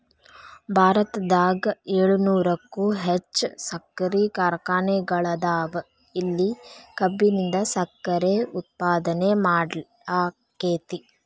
ಭಾರತದಾಗ ಏಳುನೂರಕ್ಕು ಹೆಚ್ಚ್ ಸಕ್ಕರಿ ಕಾರ್ಖಾನೆಗಳದಾವ, ಇಲ್ಲಿ ಕಬ್ಬಿನಿಂದ ಸಕ್ಕರೆ ಉತ್ಪಾದನೆ ಮಾಡ್ಲಾಕ್ಕೆತಿ